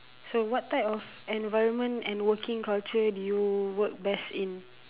so what type of environment and working culture do you work best in